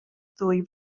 ddwy